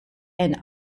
and